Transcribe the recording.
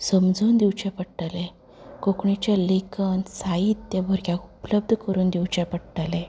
समजून दिवचे पडटले कोंकणीचे लेखन साहित्य भुरग्यांक उपलब्द करून दिवचें पडटले